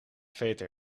veter